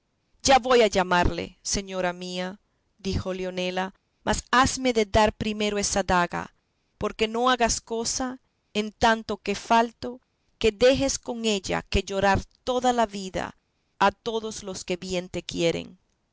ya voy a llamarle señora mía dijo leonela mas hasme de dar primero esa daga porque no hagas cosa en tanto que falto que dejes con ella que llorar toda la vida a todos los que bien te quieren